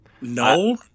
No